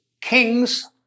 kings